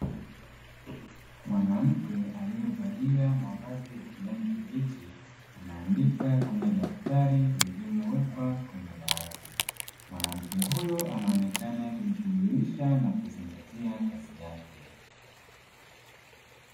Mwanamke aliyevalia mavazi ya kijani kibichi, anaandika kwenye daftari lililowekwa kwenye dawati. Mwanamke huyu anaonekana kujishughulisha na kuzingatia kazi yake.